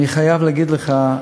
אני חייב להגיד לך,